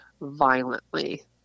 violently